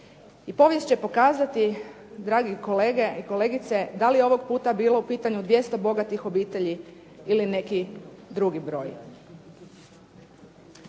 I povijest će pokazati, dragi kolege i kolegice, da li je ovog puta bilo u pitanju 200 bogatih obitelji ili neki drugi broj.